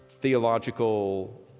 theological